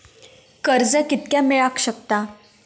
कर्ज कितक्या मेलाक शकता?